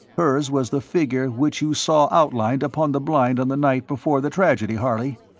hers was the figure which you saw outlined upon the blind on the night before the tragedy, harley!